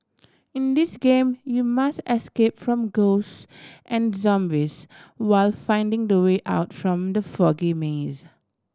in this game you must escape from ghost and zombies while finding the way out from the foggy maze